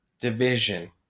division